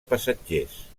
passatgers